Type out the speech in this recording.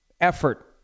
effort